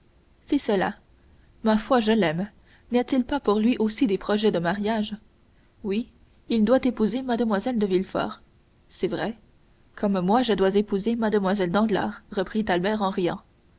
c'est cela ma foi je l'aime n'y a-t-il pas pour lui aussi des projets de mariage oui il doit épouser mlle de villefort c'est vrai comme moi je dois épouser mlle danglars reprit albert en riant